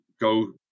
go